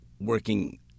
working